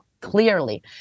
clearly